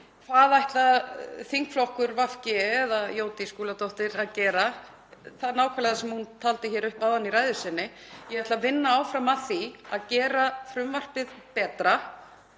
Hvað ætlar þingflokkur VG eða Jódís Skúladóttir að gera? Nákvæmlega það sem hún taldi upp áðan í ræðu sinni. Ég ætla að vinna áfram að því að gera frumvarpið betra.